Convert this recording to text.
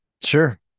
Sure